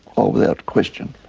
oh, without question,